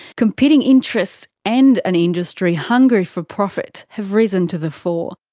competing interests and an industry hungry for profit have risen to the fore.